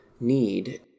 need